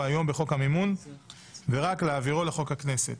היום בחוק המימון ורק להעבירו לחוק הכנסת.